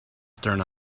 stern